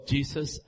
Jesus